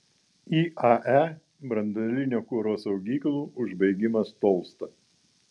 iae branduolinio kuro saugyklų užbaigimas tolsta